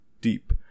deep